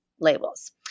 labels